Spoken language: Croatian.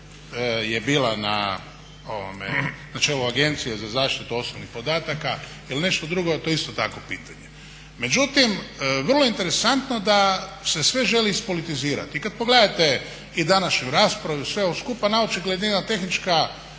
je bila na čelu Agencije za zaštitu osobnih podataka ili nešto drugo, to je isto tako pitanje. Međutim, vrlo interesantno da se sve želi ispolitizirat. I kad pogledate i današnju raspravu i sve ovo skupa, naočigled jedna tehnička